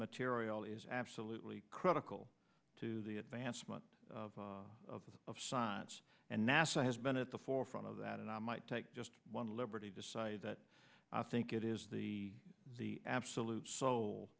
material is absolutely critical to the advancement of science and nasa has been at the forefront of that and i might take just one liberty decided that i think it is the the absolute so